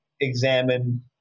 examine